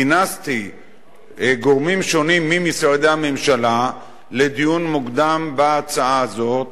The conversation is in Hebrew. כינסתי גורמים שונים ממשרדי הממשלה לדיון מוקדם בהצעה הזאת,